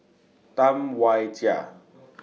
Tam Wai Jia